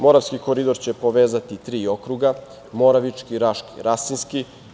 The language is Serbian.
Moravski koridor će povezati tri okruga Moravički, Raški i Rasinski.